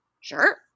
Sure